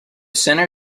sinner